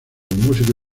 músico